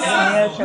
הממשלה.